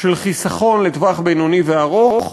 של חיסכון לטווח בינוני וארוך,